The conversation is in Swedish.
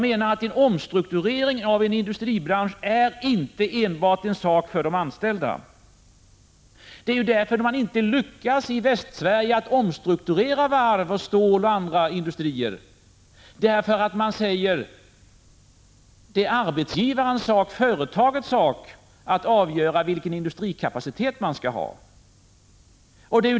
En omstrukturering av en industribransch är inte enbart en sak för de anställda. Man lyckas inte i Västsverige omstrukturera varv, stålindustri och andra industrier därför att man säger att det är arbetsgivarens, företagets, sak att avgöra vilken industrikapacitet man skall ha.